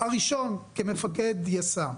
הראשון כמפקד יס"מ.